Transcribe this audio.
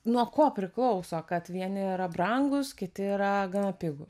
nuo ko priklauso kad vieni yra brangūs kiti yra gana pigūs